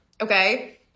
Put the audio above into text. okay